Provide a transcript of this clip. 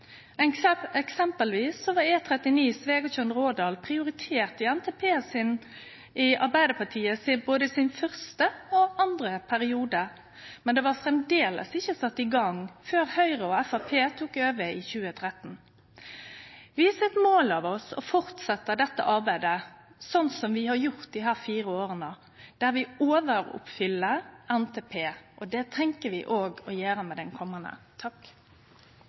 mykje før? Eksempelvis var E39 Svegatjørn–Rådal prioritert i NTP-en i både den første og den andre perioden til Arbeidarpartiet, men ikkje sett i gang før Høgre og Framstegspartiet tok over i 2013. Vi tek mål av oss til å fortsetje dette arbeidet, slik vi har gjort desse fire åra, der vi overoppfyller NTP. Det tenkjer vi òg å gjere med den komande